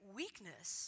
weakness